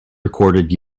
recorded